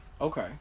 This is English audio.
Okay